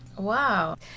Wow